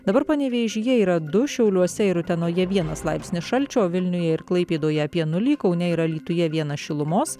dabar panevėžyje yra du šiauliuose ir utenoje vienas laipsnis šalčio o vilniuje ir klaipėdoje apie nulį kaune ir alytuje vienas šilumos